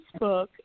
Facebook